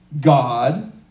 God